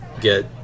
get